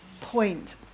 point